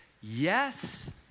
Yes